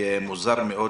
מוזר מאוד